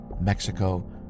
Mexico